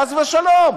חס ושלום.